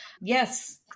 Yes